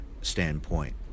standpoint